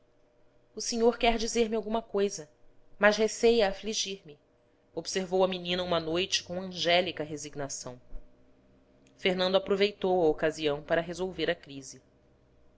o senhor quer dizer-me alguma cousa mas receia afligir me observou a menina uma noite com angélica resignação fernando aproveitou a ocasião para resolver a crise